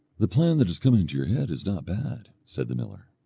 the plan that has come into your head is not bad, said the miller.